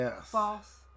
false